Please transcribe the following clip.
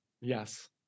Yes